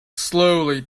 slowly